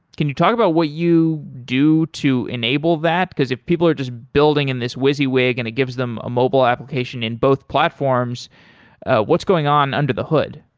can you talk about what you do to enable that? because if people are just building in this wiziwig and it gives them a mobile application in both platforms what's going on under the hood?